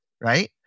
right